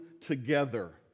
together